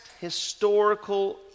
historical